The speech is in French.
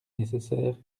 nécessaire